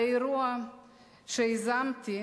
האירוע שיזמתי